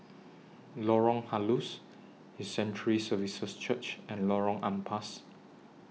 Lorong Halus His Sanctuary Services Church and Lorong Ampas